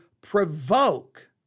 provoke